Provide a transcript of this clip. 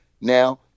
Now